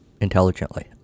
intelligently